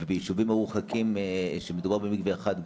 וביישובים מרוחקים כשמדובר במקווה אחת,